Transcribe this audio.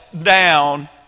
down